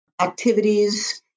activities